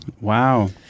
Wow